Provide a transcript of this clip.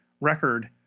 record